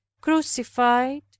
crucified